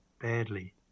badly